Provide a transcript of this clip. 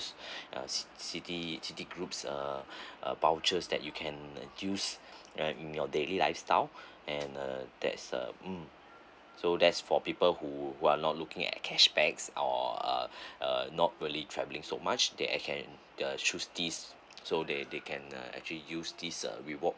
uh ci~ citi citi groups uh uh vouchers that you can use right in your daily lifestyle and uh that's uh um so that's for people who are not looking at cashback or uh uh not really travelling so much they can choose this so they they can uh actually use this uh reward